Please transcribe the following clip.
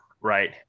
right